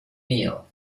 meal